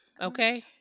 okay